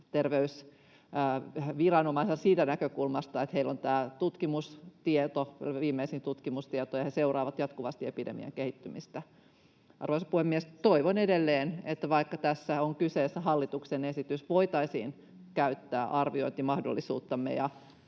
terveysviranomaisena siitä näkökulmasta, että heillä on viimeisin tutkimustieto ja he seuraavat jatkuvasti epidemian kehittymistä. Arvoisa puhemies! Toivon edelleen, että vaikka tässä on kyseessä hallituksen esitys, niin voitaisiin käyttää arviointimahdollisuuttamme